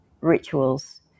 rituals